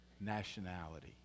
nationality